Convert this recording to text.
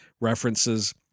references